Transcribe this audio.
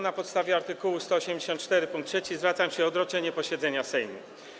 Na podstawie art. 184 pkt 3 zwracam się z prośbą o odroczenie posiedzenia Sejmu.